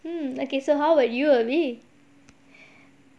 um okay so how will you will be